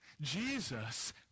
Jesus